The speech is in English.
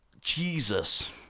Jesus